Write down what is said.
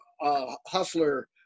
Hustler